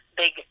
big